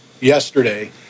yesterday